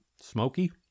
smoky